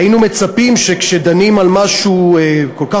היינו מצפים שכשדנים על משהו כל כך